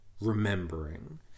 remembering